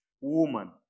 woman